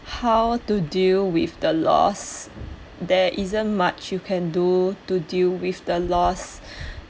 how to deal with the loss there isn't much you can to deal with the loss